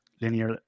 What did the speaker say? linear